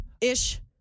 Ish